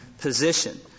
position